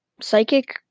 psychic